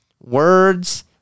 words